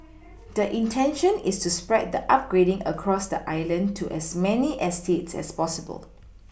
the intention is to spread the upgrading across the island to as many eStates as possible